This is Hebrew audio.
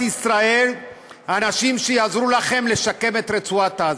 ישראל אנשים שיעזרו לכם לשקם את רצועת עזה.